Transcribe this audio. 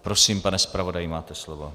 Prosím, pane zpravodaji, máte slovo.